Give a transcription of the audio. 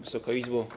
Wysoka Izbo!